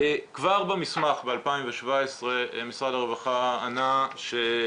כבר במסמך ב-2017 משרד הרווחה ענה שהוא